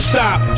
Stop